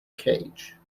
cage